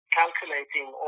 calculating